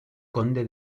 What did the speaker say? conde